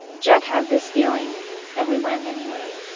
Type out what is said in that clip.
jack had this feeling and we went anyway